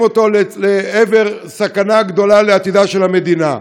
אותו לעבר סכנה גדולה לעתידה של המדינה.